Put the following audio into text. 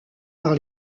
par